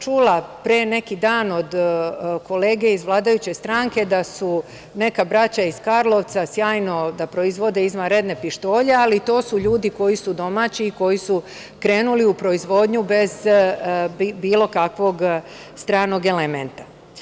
Čula sam pre neki dan od kolege iz vladajuće stranke da neka braća iz Karlovca sjajno proizvode izvanredne pištolje, ali to su ljudi koji su domaći i koji su krenuli u proizvodnju bez bilo kakvog stranog elementa.